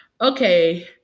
Okay